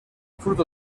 fruto